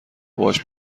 باهاش